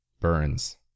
Burns